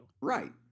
Right